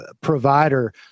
provider